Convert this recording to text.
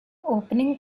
opening